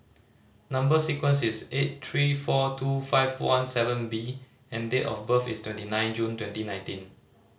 number sequence is S eight three four two five one seven B and date of birth is twenty nine June twenty nineteen